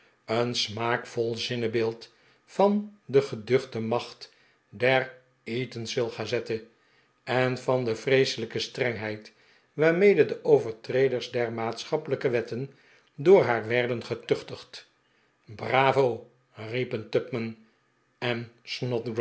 een smaakvol zinnebeeld van de geduchte macht der eatanswillgazette en van de vreeselijke strengheid waarmede de overtreders der maatschappelijke wetten door haar werden getuchtigd bravo riepen